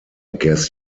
guess